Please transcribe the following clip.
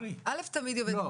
לא,